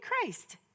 Christ